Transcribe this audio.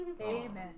Amen